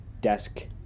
desk